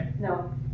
No